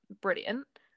brilliant